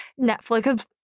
Netflix